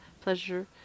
pleasure